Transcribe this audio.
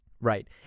Right